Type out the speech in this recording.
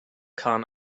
kahn